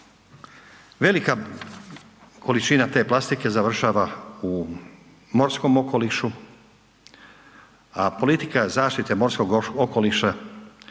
velika količina te plastike završava u morskom okolišu, a politika zaštite morskog okoliša,